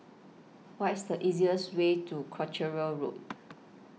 What IS The easiest Way to Croucher Road